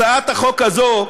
הצעת החוק הזו,